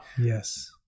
Yes